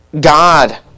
God